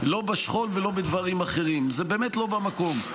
לא בשכול ולא בדברים אחרים, זה באמת לא במקום.